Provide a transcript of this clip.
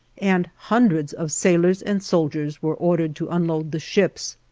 and hundreds of sailors and soldiers were ordered to unload the ships.